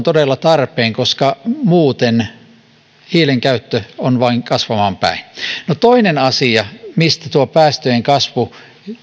todella tarpeen koska muuten hiilen käyttö on vain kasvamaan päin toinen asia mistä tuo päästöjen kasvu